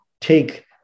take